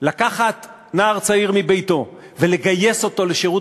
לקחת נער צעיר מביתו ולגייס אותו לשירות